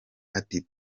ati